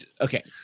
okay